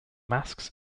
masks